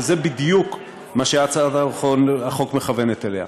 וזה בדיוק מה שהצעת החוק מכוונת אליה.